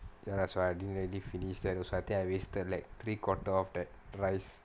ya that's why I didn't really finished that also I think I wasted like three quarter of that rice